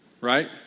Right